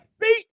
feet